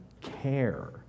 care